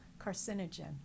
carcinogen